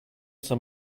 some